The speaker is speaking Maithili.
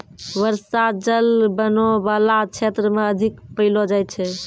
बर्षा जल बनो बाला क्षेत्र म अधिक पैलो जाय छै